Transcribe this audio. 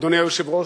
אדוני היושב-ראש,